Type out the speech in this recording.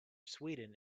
sweden